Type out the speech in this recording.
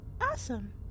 Awesome